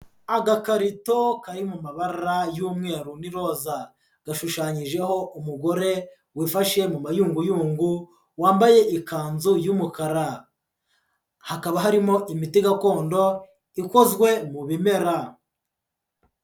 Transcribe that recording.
Agakarito kari mu mabara y'umweru n'iroza. Gashushanyijeho umugore wifashe mu mayunguyungu, wambaye ikanzu y'umukara. Hakaba harimo imiti gakondo, ikozwe mu bimera.